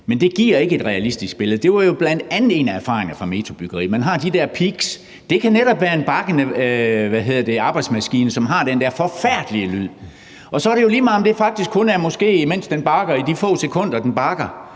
men det giver ikke et realistisk billede. Det var jo bl.a. en af erfaringerne fra metrobyggeriet. Man har de der peaks, og det kan netop være en bakkende arbejdsmaskine, som har den der forfærdelige lyd. Og så er det jo lige meget, om det faktisk kun er, mens den måske bakker i de få sekunder, den bakker,